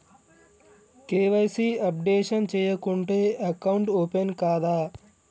KYC updation చేయకుంటే account open కాదా?